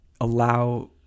allow